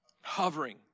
Hovering